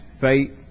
Faith